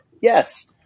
Yes